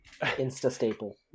Insta-staple